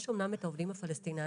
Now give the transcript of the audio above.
יש אמנם את העובדים הפלסטינים,